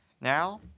Now